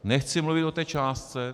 Nechci mluvit o té částce.